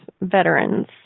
veterans